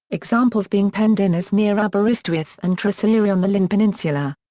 examples being pen dinas near aberystwyth and tre'r so ceiri on the lleyn peninsula.